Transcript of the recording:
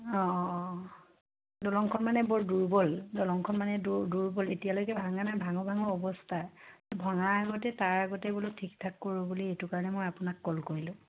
অঁ অঁ অঁ দলংখন মানে বৰ দুৰ্বল দলংখন মানে দুৰ্বল এতিয়ালৈকে ভাঙো ভাঙো অৱস্থা ভঙাৰ আগতে তাৰ আগতে বোলো ঠিক ঠাক কৰোঁ বুলি এইটো কাৰণে মই আপোনাক কল কৰিলোঁ